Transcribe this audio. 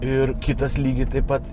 ir kitas lygiai taip pat